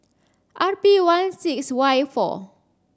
R P one six Y four